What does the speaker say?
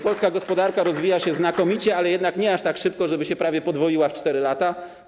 Polska gospodarka rozwija się znakomicie, ale jednak nie aż tak szybko, żeby się prawie podwoiła w 4 lata.